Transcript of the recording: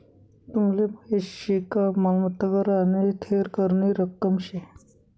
तुमले माहीत शे का मालमत्ता कर आने थेर करनी रक्कम शे